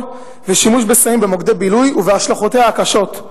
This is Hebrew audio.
ושימוש בסמים במוקדי בילוי ובהשלכותיה הקשות,